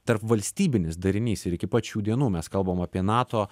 tarpvalstybinis darinys ir iki pat šių dienų mes kalbam apie nato